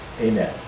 amen